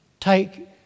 take